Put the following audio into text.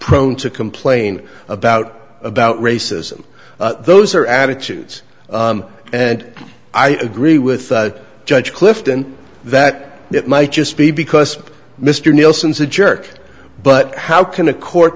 prone to complain about about racism those are attitudes and i agree with judge clifton that it might just be because mr nelson is a jerk but how can a court